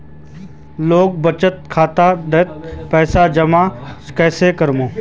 लोग बचत खाता डात पैसा जमा चाँ करो जाहा?